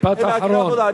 הם מהגרי עבודה.